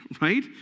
Right